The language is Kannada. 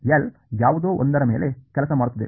L ಯಾವುದೋ ಒಂದರ ಮೇಲೆ ಕೆಲಸ ಮಾಡುತ್ತದೆ